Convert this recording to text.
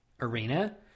arena